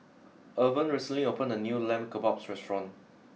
Irven recently opened a new Lamb Kebabs restaurant